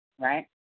right